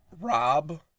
Rob